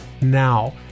now